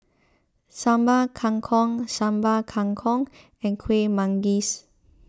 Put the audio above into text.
Sambal Kangkong Sambal Kangkong and Kueh Manggis